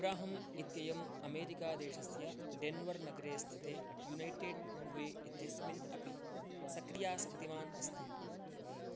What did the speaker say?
Abraham इत्ययम् अमेरिकादेशस्य डेन्वर्नगरे स्थिते यूनैटेड् वे इत्यस्मिन् अपि सक्रियशक्तिमान् अस्ति